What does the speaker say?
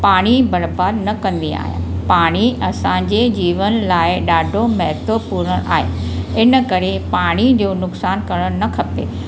पाणी बरबादु न कंदी आहियां पाणी असांजे जीवन लाइ ॾाढो महत्वपूर्ण आहे इन करे पाणी जो नुक़सानु करणु न खपे